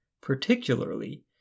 particularly